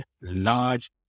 large